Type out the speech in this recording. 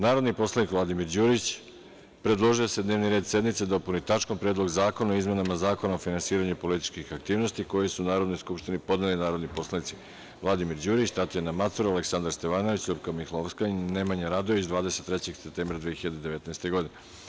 Narodni poslanik Vladimir Đurić predložio je da se dnevni red sednice dopuni tačkom – Predlog zakona o izmenama Zakona o finansiranju političkih aktivnosti, koji su Narodnoj skupštini podneli narodni poslanici Vladimir Đurić, Tatjana Macura, Aleksandar Stevanović, Ljupka Mihajlovska i Nemanja Radojević 23. septembra 2019. godine.